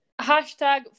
hashtag